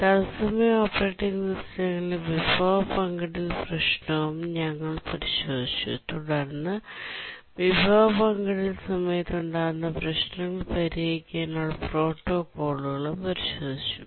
തത്സമയ ഓപ്പറേറ്റിംഗ് സിസ്റ്റങ്ങളിലെ വിഭവ പങ്കിടൽ പ്രശ്നവും ഞങ്ങൾ പരിശോധിച്ചു തുടർന്ന് വിഭവ പങ്കിടൽ സമയത്ത് ഉണ്ടാകുന്ന പ്രശ്നങ്ങൾ പരിഹരിക്കുന്നതിനുള്ള പ്രോട്ടോക്കോളുകളും പരിശോധിച്ചു